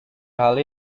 hal